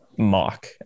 mock